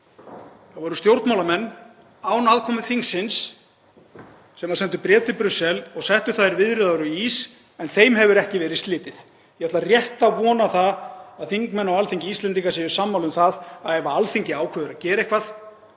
Það voru stjórnmálamenn án aðkomu þingsins sem sendu bréf til Brussel og settu þær viðræður á ís en þeim hefur ekki verið slitið. Ég ætla rétt að vona það að þingmenn á Alþingi Íslendinga séu sammála um að ef Alþingi ákveður að gera eitthvað